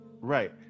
right